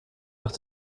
nach